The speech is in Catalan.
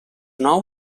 nou